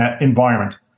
environment